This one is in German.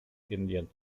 indien